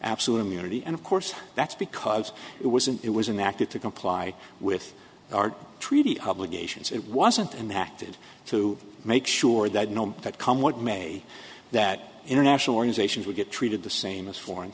absolute immunity and of course that's because it was and it was inactive to comply with our treaty obligations it wasn't and acted to make sure that that come what may that international organizations would get treated the same as foreign